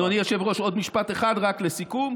אדוני היושב-ראש, עוד משפט אחד רק לסיכום,